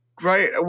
Right